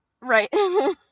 Right